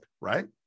right